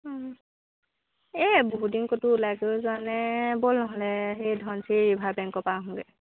এই বহুত দিন ক'তো ওলাই কৰিও যোৱা নাই ব'ল নহ'লে সেই ধনশিৰি ৰিভাৰ বেংকৰ পৰা আহোঁগৈ